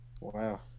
wow